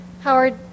howard